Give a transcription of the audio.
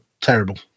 terrible